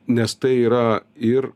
nes tai yra ir